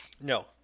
no